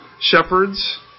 shepherds